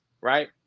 right